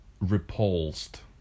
repulsed